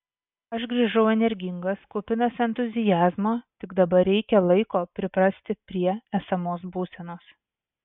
aš grįžau energingas kupinas entuziazmo tik dabar reikia laiko priprasti prie esamos būsenos